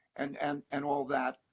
and and and all that.